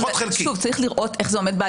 שוב, צריך לראות איך זה עומד.